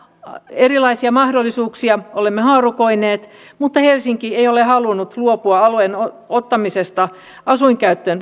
erilaisia mahdollisuuksia olemme haarukoineet mutta helsinki ei ole vapaaehtoisesti halunnut luopua alueen ottamisesta asuinkäyttöön